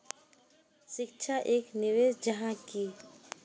शिक्षा एक निवेश जाहा की?